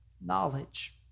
knowledge